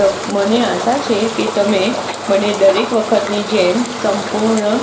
તો મને આશા છે કે તમે મને દરેક વખતની જેમ સંપૂર્ણ